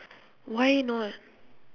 why not